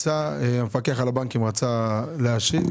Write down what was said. המפקח על הבנקים רצה להשיב.